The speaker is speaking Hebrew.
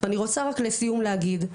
ולסיום אני רוצה להגיד,